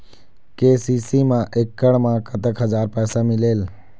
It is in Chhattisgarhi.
के.सी.सी मा एकड़ मा कतक हजार पैसा मिलेल?